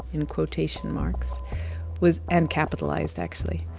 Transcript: in quotation marks was, and capitalized actually,